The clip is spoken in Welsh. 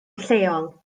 lleol